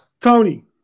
Tony